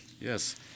Yes